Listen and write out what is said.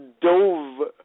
dove